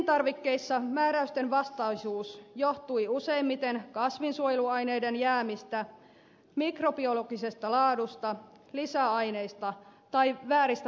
elintarvikkeissa määräystenvastaisuus johtui useimmiten kasvinsuojeluaineiden jäämistä mikrobiologisesta laadusta lisäaineista tai vääristä pakkausmerkinnöistä